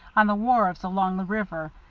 on the wharves along the river,